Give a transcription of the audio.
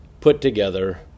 put-together